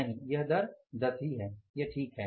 नहीं यह दर 10 है ठीक है